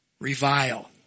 Revile